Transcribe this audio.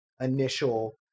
initial